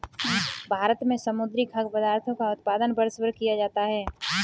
भारत में समुद्री खाद्य पदार्थों का उत्पादन वर्षभर किया जाता है